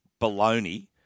baloney